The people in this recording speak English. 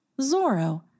Zorro